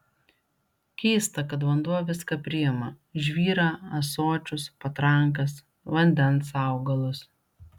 keista kad vanduo viską priima žvyrą ąsočius patrankas vandens augalus